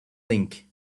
link